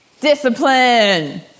discipline